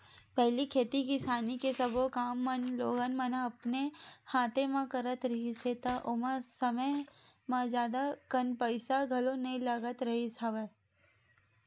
पहिली खेती किसानी के सब्बो काम मन लोगन मन ह अपन हाथे म करत रिहिस हे ता ओ समे म जादा कन पइसा घलो नइ लगत रिहिस हवय